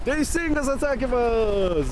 teisingas atsakymas